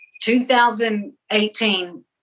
2018